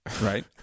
Right